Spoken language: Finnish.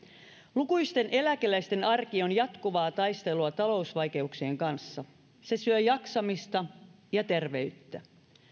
lukuisten eläkeläisten arki on jatkuvaa taistelua talousvaikeuksien kanssa se syö jaksamista ja terveyttä